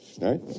Right